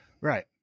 Right